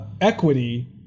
Equity